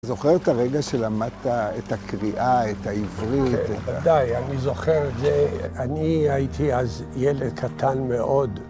זוכר כרגע שלמדת את הקריאה, את העברית? בוודאי, אני זוכר את זה. אני הייתי אז ילד קטן מאוד.